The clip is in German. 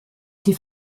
die